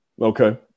Okay